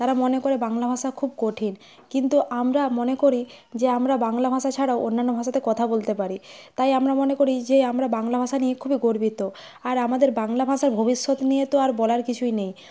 তারা মনে করে বাংলা ভাষা খুব কঠিন কিন্তু আমরা মনে করি যে আমরা বাংলা ভাষা ছাড়াও অন্যান্য ভাষাতে কথা বলতে পারি তাই আমরা মনে করি যে আমরা বাংলা ভাষা নিয়ে খুবই গর্বিত আর আমাদের বাংলা ভাষার ভবিষ্যৎ নিয়ে তো আর বলার কিছুই নেই